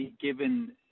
given